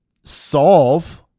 solve